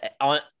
on